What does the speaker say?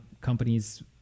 companies